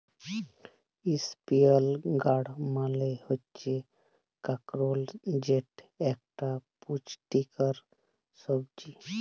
ইসপিলই গাড় মালে হচ্যে কাঁকরোল যেট একট পুচটিকর ছবজি